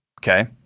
okay